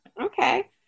Okay